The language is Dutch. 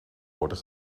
worden